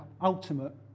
ultimate